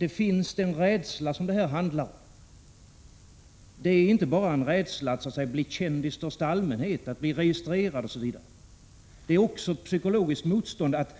Den rädsla som BA VTI ue det här handlar om är inte bara en rädsla att bli känd i största allmänhet, att — fektion bli registrerad osv., utan det är också ett psykologiskt motstånd mot att